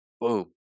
Boom